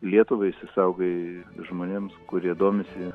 lietuvai išsisaugai žmonėms kurie domisi